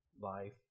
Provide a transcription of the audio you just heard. life